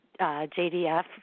JDF